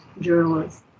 journalists